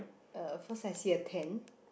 uh first I see a tent